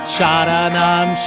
Sharanam